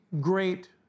great